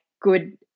good